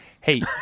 Hey